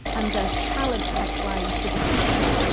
and the talent pipeline for the future,